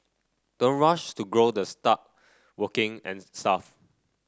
don't rush to grow the start working and stuff